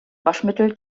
waschmittel